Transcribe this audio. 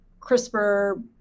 CRISPR